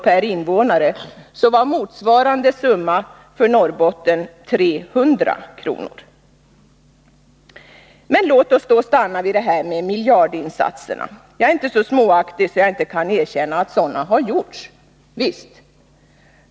per invånare så var motsvarande summa för Norrbotten 300 kr. Men låt oss stanna vid det här med miljardinsatserna. Jag är inte så småaktig att jag inte kan erkänna att sådana har gjorts.